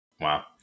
Wow